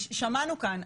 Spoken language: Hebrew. שמענו כאן,